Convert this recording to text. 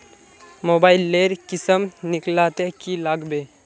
Mobile लेर किसम निकलाले की लागबे?